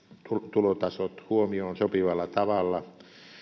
tulotasot huomioon sopivalla tavalla